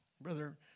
Brother